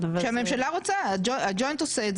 כשהממשלה רוצה, הג'וינט עושה את זה.